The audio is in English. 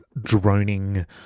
droning